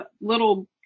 little